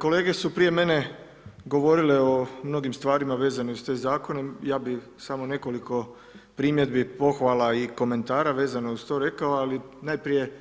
Kolege su prije mene govorile o mnogim stvarima vezano uz te zakone, ja bi samo nekoliko primjedbi, pohvala i komentara vezano uz to rekao, ali, najprije